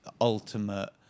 ultimate